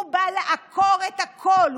הוא בא לעקור את הכול,